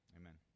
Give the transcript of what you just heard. amen